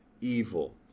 evil